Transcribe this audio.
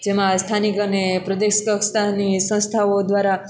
જેમાં સ્થાનિક અને પ્રદેશ કક્ષતાની સંસ્થાઓ દ્વારા